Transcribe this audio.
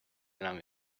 enam